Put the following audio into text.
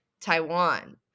Taiwan